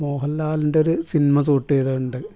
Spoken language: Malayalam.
മോഹൻലാലിൻ്റോരു സിനിമ ഷൂട്ട് ചെയ്തൊണ്ട്